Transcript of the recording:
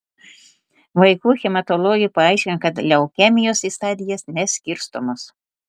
vaikų hematologė paaiškino kad leukemijos į stadijas neskirstomos